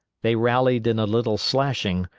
they rallied in a little slashing,